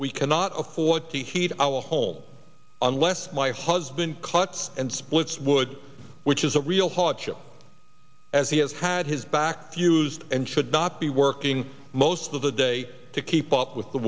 we cannot afford to heat our home unless my husband cuts and splits wood which is a real hardship as he has had his back tuesday and should not be working most of the day to keep up with the